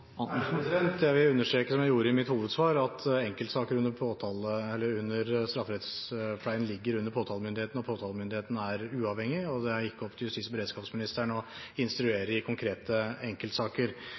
Jeg vil understreke, som jeg gjorde i mitt hovedsvar, at enkeltsaker under strafferettspleien ligger under påtalemyndigheten. Påtalemyndigheten er uavhengig, og det er ikke opp til justis- og beredskapsministeren å